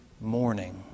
morning